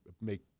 make